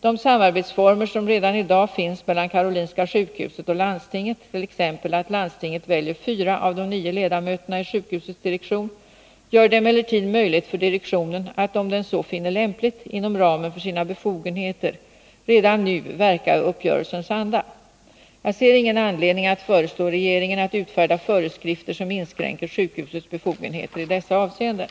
De samarbetsformer som redan i dag finns mellan Karolinska sjukhuset och landstinget — t.ex. att landstinget väljer fyra av de nio ledamöterna i sjukhusets direktion — gör det emellertid möjligt för direktionen att om den så finner lämpligt inom ramen för sina befogenheter redan nu verka i uppgörelsens anda. Jag ser ingen anledning att föreslå regeringen att utfärda föreskrifter som inskränker sjukhusets befogenheter i dessa avseenden.